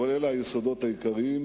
אבל אלה היסודות העיקריים